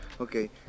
Okay